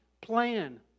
plan